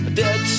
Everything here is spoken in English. dead